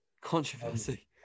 Controversy